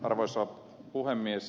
arvoisa puhemies